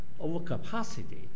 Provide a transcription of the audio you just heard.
overcapacity